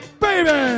baby